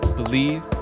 believe